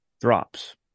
drops